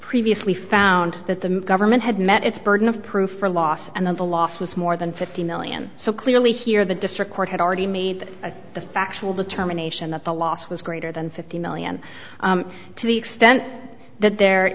previously found that the government had met its burden of proof or loss and the loss was more than fifty million so clearly here the district court had already made the factual determination that the loss was greater than fifty million to the extent that the